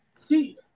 See